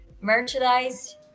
Merchandise